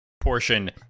portion